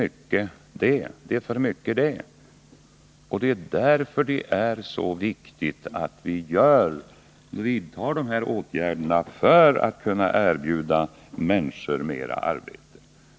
Också det är för mycket, och därför är det så viktigt att vi vidtar åtgärder för att kunna erbjuda människor mera arbete.